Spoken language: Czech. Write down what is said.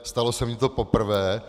Stalo se mi to poprvé.